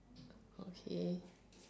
okay